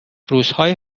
روزهای